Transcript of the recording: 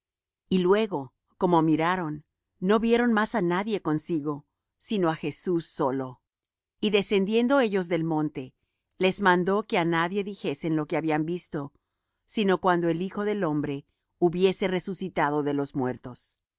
y luego como miraron no vieron más á nadie consigo sino á jesús solo y descendiendo ellos del monte les mandó que á nadie dijesen lo que habían visto sino cuando el hijo del hombre hubiese resucitado de los muertos